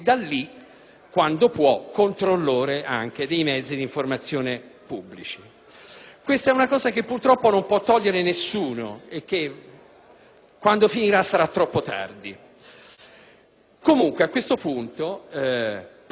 Questa è una cosa che purtroppo non può togliere nessuno e, quando finirà, sarà troppo tardi. Comunque, a questo punto, pur permanendo questa situazione di anomalia gravissima - che inquina alla radice